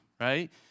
right